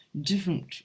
different